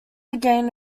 again